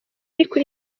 ariko